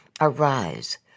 Arise